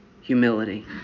humility